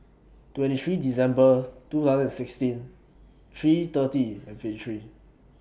twenty three December two thousand and sixteen three thirty and fifty three